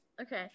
Okay